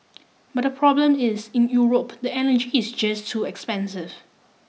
but the problem is in Europe the energy is just too expensive